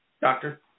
Doctor